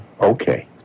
Okay